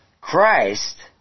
Christ